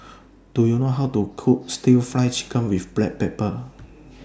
Do YOU know How to Cook Stir Fry Chicken with Black Pepper